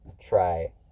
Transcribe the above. try